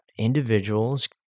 individuals